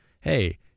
hey